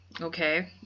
okay